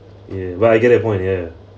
ya well I get your point ya